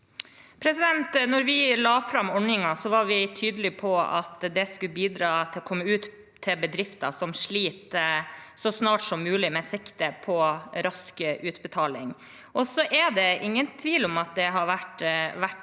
Da vi la fram ord- ningen, var vi tydelige på at det skulle bidra til å komme ut til bedrifter som sliter, så snart som mulig med sikte på rask utbetaling. Det er ingen tvil om at det har vært krevende,